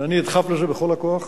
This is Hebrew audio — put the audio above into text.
ואני אדחף לזה בכל הכוח.